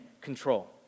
control